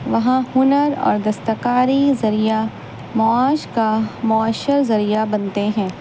وہاں ہنر اور دستکاری ذریعہ معاش کا معاشر ذریعہ بنتے ہیں